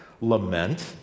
Lament